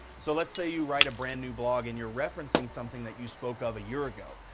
so, let's say you write a brand new blog, and you're referencing something that you spoke of a year ago.